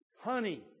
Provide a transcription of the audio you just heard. Honey